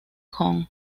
kong